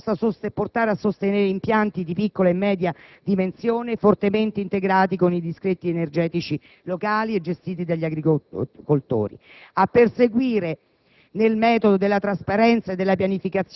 dell' olio vegetale, sostenendo impianti di piccola e media dimensione, fortemente integrati con i distretti energetici locali e gestiti dagli agricoltori. Occorre